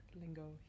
lingo